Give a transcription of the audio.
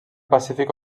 pacífic